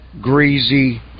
greasy